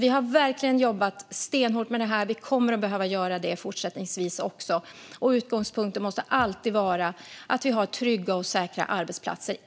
Vi har verkligen jobbat stenhårt med det här, och vi kommer också fortsättningsvis att behöva göra det. Utgångspunkten måste alltid vara att vi har trygga och säkra arbetsplatser.